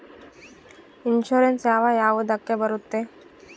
Insurance ಯಾವ ಯಾವುದಕ್ಕ ಬರುತ್ತೆ?